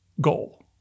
goal